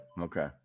Okay